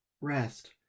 Rest